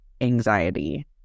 anxiety